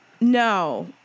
No